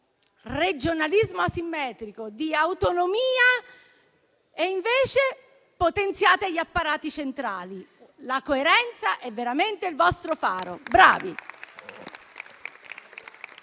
regionalismo asimmetrico e di autonomia e invece potenziate gli apparati centrali. La coerenza è veramente il vostro faro. Bravi!